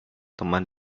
teman